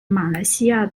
马来西亚